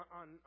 on